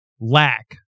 lack